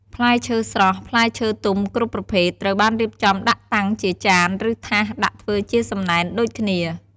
ផ្លែឈើស្រស់ ផ្លែឈើទុំគ្រប់ប្រភេទ ត្រូវបានរៀបចំដាក់តាំងជាចាន ឬ ថាស ដាក់ធ្វើជាសំណែនដូចគ្នា។